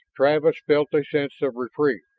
travis felt a sense of reprieve.